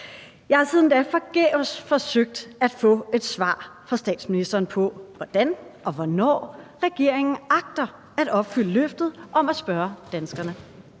Jeg har siden da forgæves forsøgt at få et svar fra statsministeren på, hvordan og hvornår regeringen agter at opfylde løftet om at spørge danskerne,